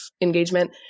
engagement